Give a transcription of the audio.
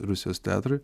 rusijos teatrui